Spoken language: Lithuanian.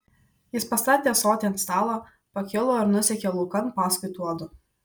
jis pastatė ąsotį ant stalo pakilo ir nusekė laukan paskui tuodu